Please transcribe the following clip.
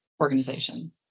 organization